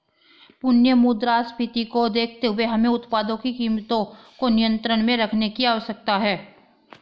पुनः मुद्रास्फीति को देखते हुए हमें उत्पादों की कीमतों को नियंत्रण में रखने की आवश्यकता है